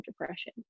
depression